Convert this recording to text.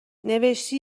نوشتی